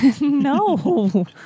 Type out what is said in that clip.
no